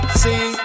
see